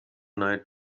night